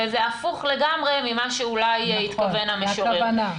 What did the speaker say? וזה הפוך לגמרי ממה שאולי התכוון המשורר.